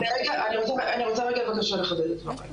אני רוצה בבקשה לחדד את דבריי.